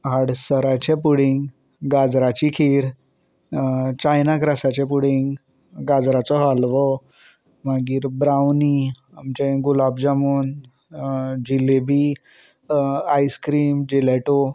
हडसराचे pudding गाजराची खीर China ग्रसाचें पुडींग गाजराचो हालवो मागीर ब्रावनी आमचें गुलाब जामून जिलेबी आयस्क्रीम जिलेॅटो